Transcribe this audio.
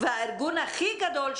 הארגון הכי גדול,